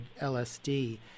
LSD